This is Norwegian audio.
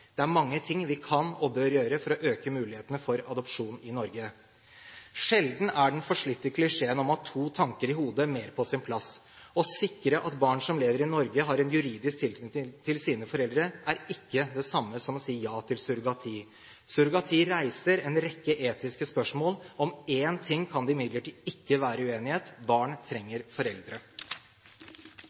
Det er mange ting vi kan og bør gjøre for å øke mulighetene for adopsjon i Norge. Sjelden er den forslitte klisjeen om å ha to tanker i hodet mer på sin plass. Å sikre at barn som lever i Norge, har en juridisk tilknytning til sine foreldre, er ikke det samme som å si ja til surrogati. Surrogati reiser en rekke etiske spørsmål. Om én ting kan det imidlertid ikke være uenighet: Barn trenger foreldre!